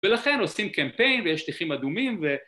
ולכן עושים קמפיין ויש שטיחים אדומים ו...